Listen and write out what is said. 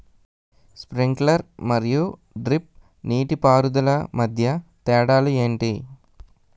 Sprinkler మరియు drip నీటిపారుదల మధ్య తేడాలు ఏంటి?